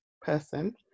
person